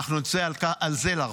אנחנו נצא על זה לרחובות.